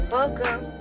Welcome